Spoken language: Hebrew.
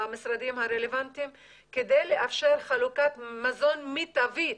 במשרדים הרלוונטיים כדי לאפשר חלוקת מזון מיטבית.